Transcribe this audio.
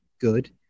good